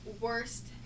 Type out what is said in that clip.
worst